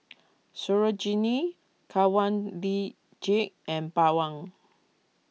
Sarojini Kanwaljit and Pawan